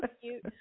cute